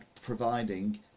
providing